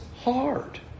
hard